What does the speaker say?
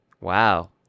Wow